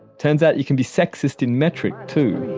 turns out you can be sexist in metric too